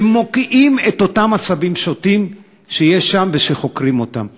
שמוקיעים את אותם עשבים שוטים שיש שם ושחוקרים אותם.